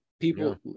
people